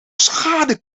schade